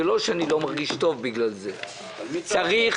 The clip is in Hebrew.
צריך